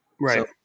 Right